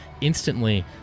instantly